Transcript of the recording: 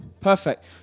perfect